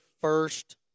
first